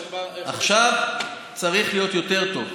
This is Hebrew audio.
עכשיו צריך להיות יותר טוב.